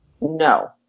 No